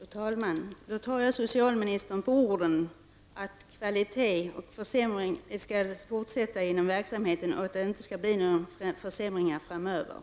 Fru talman! Jag tar socialministern på orden när hon säger att kvaliteten på verksamheten inte skall sänkas och att det inte skall bli några försämringar framöver.